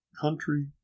country